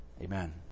Amen